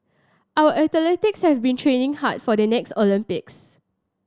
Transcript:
our athletes have been training hard for the next Olympics